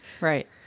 Right